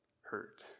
hurt